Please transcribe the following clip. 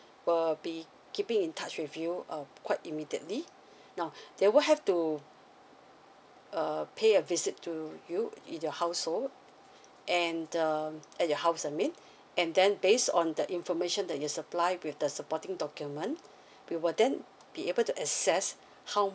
we'll be keeping in touch with you um quite immediately now there will have to uh pay a visit to you in your household and um at your house I mean and then based on the information that you supply with the supporting document we will then be able to access how